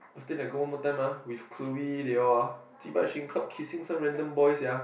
after then go one more time ah with Chloe they all ah chee-bai she in club kissing some random boy sia